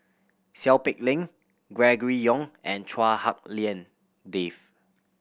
Seow Peck Leng Gregory Yong and Chua Hak Lien Dave